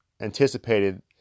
anticipated